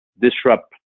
disrupt